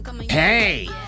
Hey